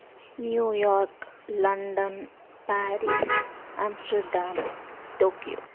New York London Paris Amsterdam Tokyo